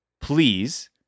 please